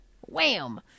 Wham